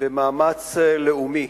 במאמץ לאומי